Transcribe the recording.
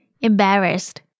embarrassed